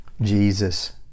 Jesus